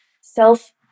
Self